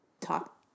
talk